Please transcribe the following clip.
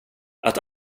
att